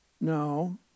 No